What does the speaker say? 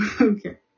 okay